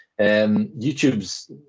YouTube's